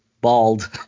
Bald